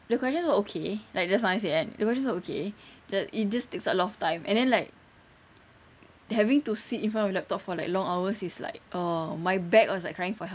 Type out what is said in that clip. the questions were okay like just now I say kan it was just like okay the it just takes a lot of time and then like having to sit in front of a laptop for like long hours is like uh my back was like crying for help